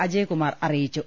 അജയകുമാർ അറിയിച്ചു